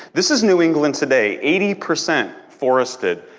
this is new england today. eighty percent forested.